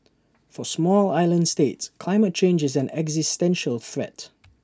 for small island states climate change is an existential threat